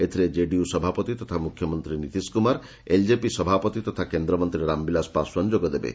ଏଥିରେ କେଡିୟୁ ସଭାପତି ତଥା ମୁଖ୍ୟମନ୍ତ୍ରୀ ନୀତିଶ କୁମାର ଏଲ୍କେପି ସଭାପତି ତଥା କେନ୍ଦ୍ରମନ୍ତ୍ରୀ ରାମବିଳାସ ପାଶ୍ୱାନ ଯୋଗଦେବେ